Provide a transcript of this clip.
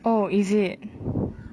oh is it